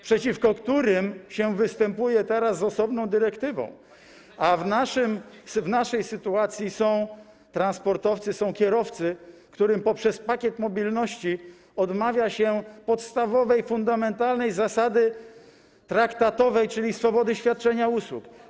przeciwko którym występuje się teraz z osobną dyrektywą, a w naszej sytuacji są transportowcy, są kierowcy, którym poprzez pakiet mobilności odmawia się podstawowej, fundamentalnej zasady traktatowej, czyli swobody świadczenia usług.